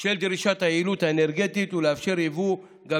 של דרישת היעילות האנרגטית ולאפשר יבוא גם